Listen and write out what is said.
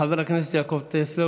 חבר הכנסת יעקב טסלר,